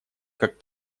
как